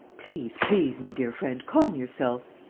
please, please, my dear friend, calm yourself.